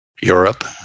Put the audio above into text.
Europe